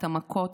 את המכות,